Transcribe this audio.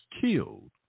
killed